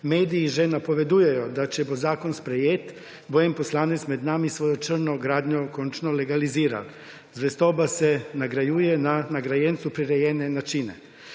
Mediji že napovedujejo, da če bo zakon sprejet, bo en poslanec med nami svojo črno gradnjo končno legaliziral. Zvestoba se nagrajuje na nagrajencu prirejene načine.